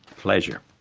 pleasure.